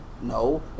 No